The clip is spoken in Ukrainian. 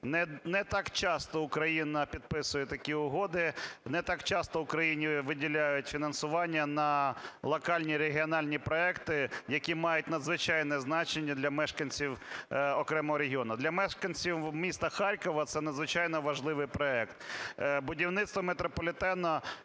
Не так часто Україна підписує такі угоди, не так часто Україні виділяють фінансування на локальні регіональні проекти, які мають надзвичайне значення для мешканців окремого регіону. Для мешканців міста Харкова це надзвичайно важливий проект. Будівництво метрополітену